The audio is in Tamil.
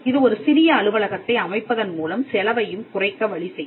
இது ஒரு சிறிய அலுவலகத்தை அமைப்பதன் மூலம் செலவையும் குறைக்க வழி செய்யும்